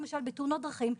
למשל בתאונות דרכים,